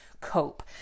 cope